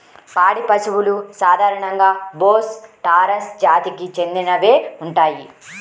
పాడి పశువులు సాధారణంగా బోస్ టారస్ జాతికి చెందినవే ఉంటాయి